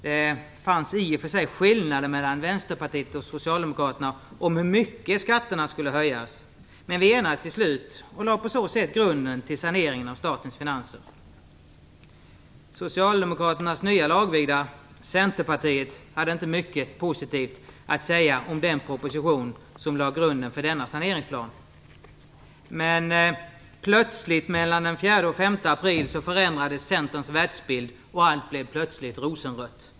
Det fanns i och för sig skillnader mellan Vänsterpartiet och Socialdemokraterna när det gällde hur mycket skatterna skulle höjas, men vi enades till slut och lade på så sätt grunden till saneringen av statens finanser. Socialdemokraternas nya lagvigda, Centerpartiet, hade inte mycket positivt att säga om den proposition som lade grunden för denna saneringsplan. Men mellan den 4 och 5 april förändrades plötsligt Centerpartiets världsbild och allt blev rosenrött.